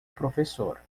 professor